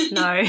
no